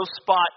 spot